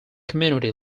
community